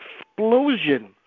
explosion